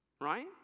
Right